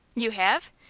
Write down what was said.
you have?